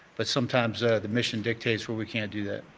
but sometimes the mission dictates when we can't do that.